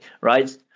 right